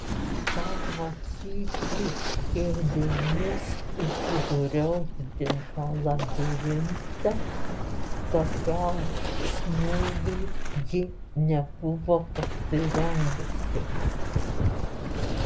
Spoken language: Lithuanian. pamatyti kėdėmis užgriozdintą labirintą tokiam smūgiui ji nebuvo pasirengusi